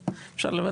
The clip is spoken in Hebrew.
אז אפשר לבטל.